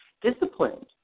disciplined